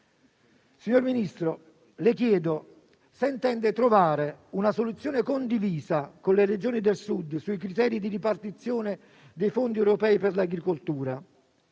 Signor Ministro, le chiedo se intende trovare una soluzione condivisa con le Regioni del Sud sui criteri di ripartizione dei fondi europei per l'agricoltura